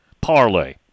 parlay